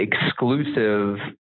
exclusive